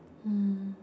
mm